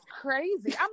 crazy